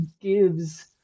gives